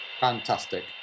Fantastic